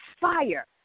fire